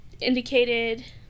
indicated